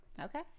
Okay